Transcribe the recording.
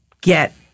get